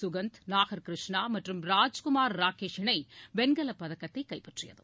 சுகந்த் நாகர்கிருஷ்ணா மற்றும் ராஜ்குமார் ராகேஷ் இணை வெண்கலப் பதக்கத்தை கைப்பற்றியது